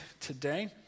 today